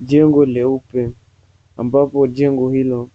Jengo leupe, ambapo jengo hilo